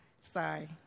Sorry